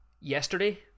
yesterday